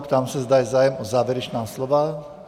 Ptám se, zda je zájem o závěrečná slova.